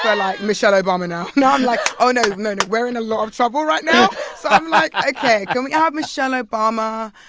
ah michelle obama now. now i'm like, oh, no, no, no. we're in a lot of trouble right now. so i'm like, ok. can we have michelle obama?